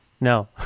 No